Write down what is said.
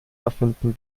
erfinden